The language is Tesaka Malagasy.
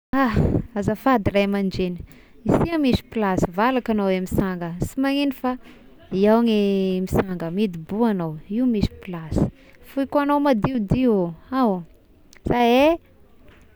Ah azafady ray aman-dregny isia misy plasy, valaka agnao eh misanga, sy magnino fa iaho ny misangà, midoboa agnao, io misy plasy foiko agano madiodio io, ao, zay eh!